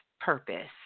purpose